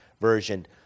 version